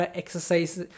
exercise